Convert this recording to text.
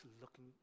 looking